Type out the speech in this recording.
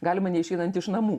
galima neišeinant iš namų